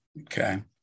Okay